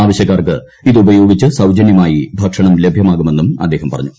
ആവശ്യക്കാർക്കു ഇതുപയോഗിച്ച് സൌജന്യമായി ഭക്ഷണം ലഭ്യമാകുമെന്നും അദ്ദേഹം പറഞ്ഞു